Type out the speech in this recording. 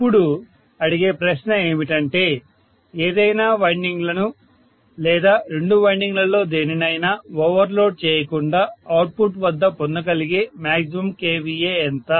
ఇప్పుడు అడిగే ప్రశ్న ఏమిటంటే ఏదైనా వైండింగ్లను లేదా రెండు వైండింగ్లలో దేనినైనా ఓవర్లోడ్ చేయకుండా అవుట్పుట్ వద్ద పొందగలిగే మ్యాగ్జిమం kVA ఎంత